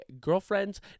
girlfriend's